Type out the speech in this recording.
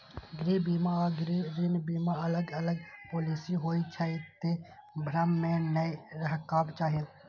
गृह बीमा आ गृह ऋण बीमा अलग अलग पॉलिसी होइ छै, तें भ्रम मे नै रहबाक चाही